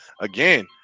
again